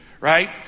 right